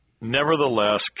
Nevertheless